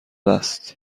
است